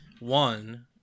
one